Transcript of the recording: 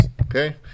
Okay